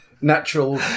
natural